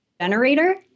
generator